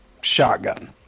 shotgun